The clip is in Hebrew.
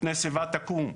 "..מפני שיבה תקום.."